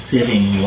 sitting